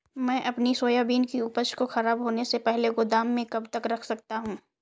मैं अपनी सोयाबीन की उपज को ख़राब होने से पहले गोदाम में कब तक रख सकता हूँ?